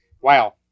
Wow